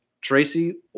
Tracy